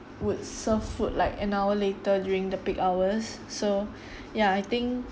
would serve food like an hour later during the peak hours so ya I think